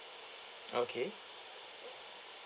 okay